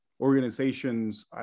organizations